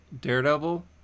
Daredevil